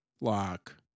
Lock